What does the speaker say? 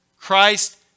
Christ